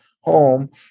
home